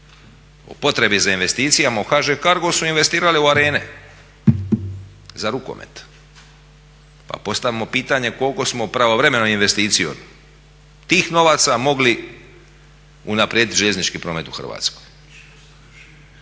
o potrebi za investicijama u HŽ Cargo su investirali u Arene za rukomet. Pa postavljamo pitanje koliko smo pravovremenom investicijom tih novaca unaprijediti željeznički promet u Hrvatskoj?